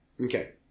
Okay